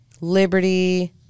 liberty